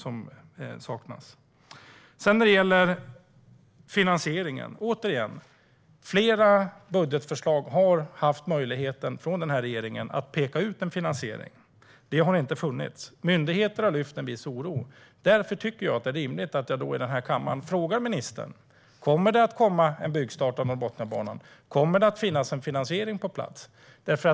När det sedan gäller finansieringen vill jag återigen säga att i flera budgetförslag från den här regeringen har man haft möjligheten att peka ut en finansiering, men det har man inte gjort. Myndigheter har visat en viss oro, och därför tycker jag att det är rimligt att jag i den här kammaren frågar ministern: Kommer det att komma en byggstart av Norrbotniabanan? Kommer det att finnas en finansiering på plats?